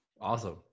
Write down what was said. awesome